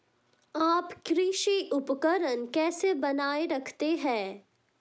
आप कृषि उपकरण कैसे बनाए रखते हैं?